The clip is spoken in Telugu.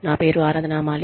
నా పేరు ఆరాధన మాలిక్